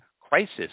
crisis